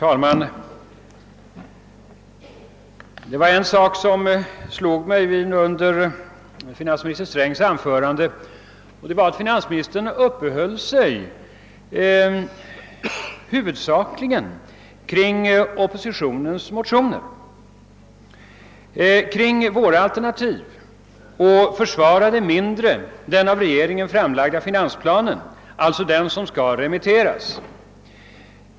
Herr talman! Något som slog mig under finansminister Strängs anförande var att finansministern huvudsakligen uppehöll sig vid oppositionens motioner, d.v.s. våra alternativ, och mindre försvarade den av regeringen framlagda finansplanen som nu skall remitteras.